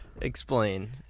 Explain